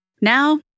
Now